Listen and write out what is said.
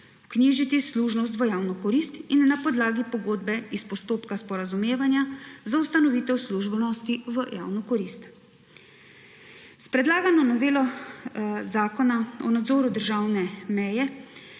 vknjižiti služnost v javno korist, in na podlagi pogodbe iz postopka sporazumevanja za ustanovitev služnosti v javno korist. S predlagano novelo Zakona o nadzoru državne meje